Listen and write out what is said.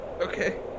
Okay